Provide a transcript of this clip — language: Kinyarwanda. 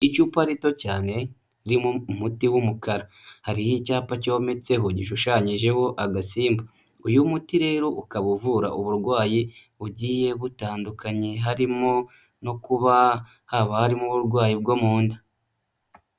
Icupa rito cyane ririmo umuti w'umukara, hariho icyapa cyometseho gishushanyijeho agasimba. Uyu muti rero ukaba uvura uburwayi bugiye butandukanye harimo no kuba haba harimo uburwayi bwo mu nda.